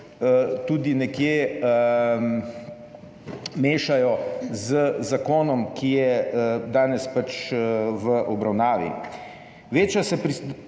tudi nekje mešajo z zakonom, ki je danes pač v obravnavi.